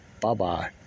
Bye-bye